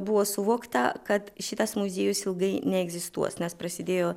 buvo suvokta kad šitas muziejus ilgai neegzistuos nes prasidėjo